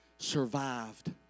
survived